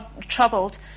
troubled